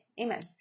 amen